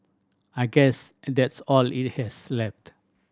I guess that's all it has left